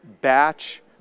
batch